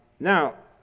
now,